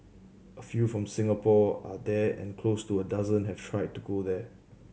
a few from Singapore are there and close to a dozen have tried to go there